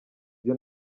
ibyo